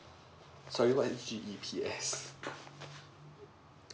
sorry what is G_B_P_S